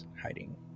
hiding